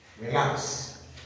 Relax